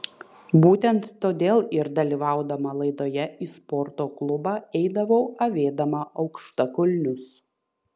būtent todėl ir dalyvaudama laidoje į sporto klubą eidavau avėdama aukštakulnius